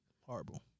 Horrible